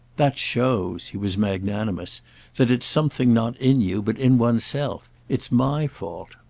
that shows he was magnanimous that it's something not in you, but in one's self. it's my fault.